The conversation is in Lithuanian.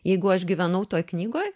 jeigu aš gyvenau toj knygoj